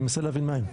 אני מנסה להבין מה הם.